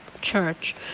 church